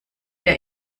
der